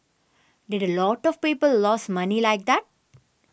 did a lot of people lose money like that